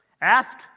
Ask